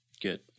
Good